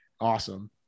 Awesome